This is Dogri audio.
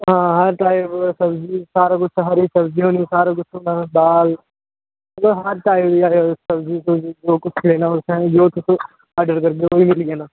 हां हर टाइप सब्जी सारा कुछ हर इक सब्जी होनी सारा कुछ होना दाल मतलब हर टाइप दी सब्जी सूब्जी जो कुछ लैना ओ तुसें जो तुस आर्डर करगे ओह् ही मिली जाना